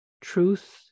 truth